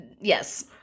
Yes